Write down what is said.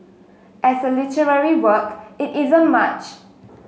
as a literary work it isn't much